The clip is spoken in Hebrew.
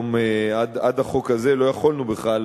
עד החוק הזה לא יכולנו בכלל,